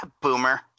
Boomer